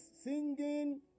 Singing